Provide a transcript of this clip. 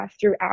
throughout